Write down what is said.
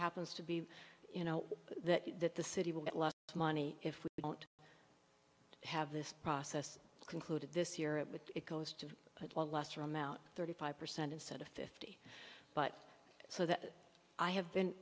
happens to be you know that that the city will get less money if we don't have this process concluded this year it would it goes to a lesser amount thirty five percent instead of fifty but so that i have been